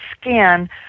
skin